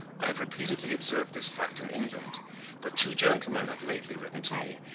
i have repeatedly observed this fact in england but two gentlemen have lately written to me,